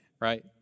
right